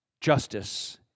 justice